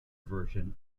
version